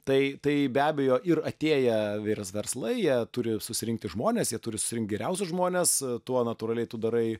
tai tai be abejo ir atėję įvairus verslai jie turi susirinkti žmones jie turi surinkt geriausius žmones tuo natūraliai tu darai